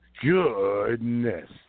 Goodness